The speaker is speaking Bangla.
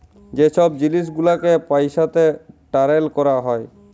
যে ছব জিলিস গুলালকে পইসাতে টারেল ক্যরা হ্যয়